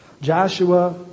Joshua